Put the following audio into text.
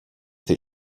that